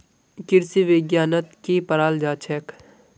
कृषि विज्ञानत की पढ़ाल जाछेक